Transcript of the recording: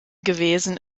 gewesen